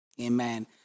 Amen